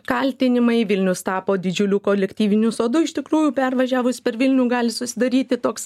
kaltinimai vilnius tapo didžiuliu kolektyviniu sodu iš tikrųjų pervažiavus per vilnių gali susidaryti toks